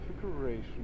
Configuration